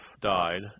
died